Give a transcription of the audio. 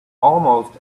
almost